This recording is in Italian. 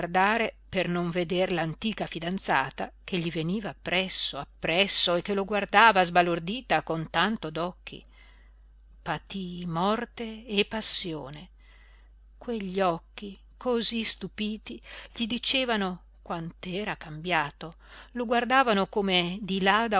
per non veder l'antica fidanzata che gli veniva appresso appresso e che lo guardava sbalordita con tanto d'occhi patí morte e passione quegli occhi cosí stupiti gli dicevano quant'era cambiato lo guardavano come di là